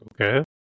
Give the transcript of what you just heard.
Okay